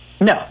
No